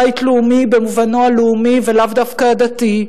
בית לאומי במובנו הלאומי ולאו דווקא הדתי,